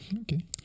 okay